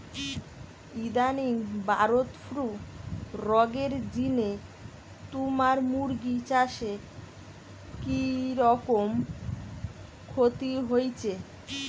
ইদানিং bird flu রগের জিনে তুমার মুরগি চাষে কিরকম ক্ষতি হইচে?